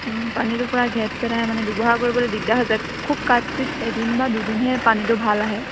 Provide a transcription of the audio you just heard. পানীটোৰ পৰা ঘেট চেদ আহে মানে ব্যৱহাৰ কৰিবলৈ দিগদাৰ হৈছে খুব কাৎচিত এদিন বা দুদিনহে পানীটো ভাল আহে